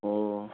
ꯑꯣ